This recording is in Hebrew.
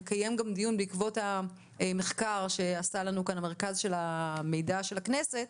נקיים גם דיון בעקבות המחקר שעשה לנו כאן מרכז המידע של הכנסת,